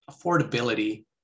affordability